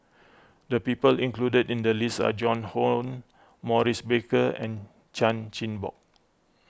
the people included in the list are Joan Hon Maurice Baker and Chan Chin Bock